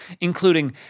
including